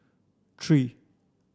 three